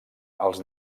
els